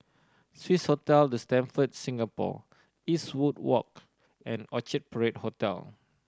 Swissotel The Stamford Singapore Eastwood Walk and Orchard Parade Hotel